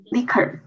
Liquor